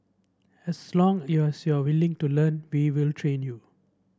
as long you're willing to learn we will train you